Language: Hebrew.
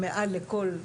או מעל לכל תואר,